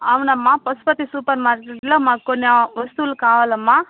అవును అమ్మ పశుపతి సూపర్ మార్కేట్లో మాకు కొన్ని వస్తువులు కావాలి అమ్మ